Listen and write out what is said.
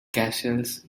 castles